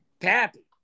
Pappy